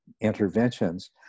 interventions